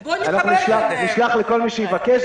נשלח לכל מי שיבקש.